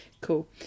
cool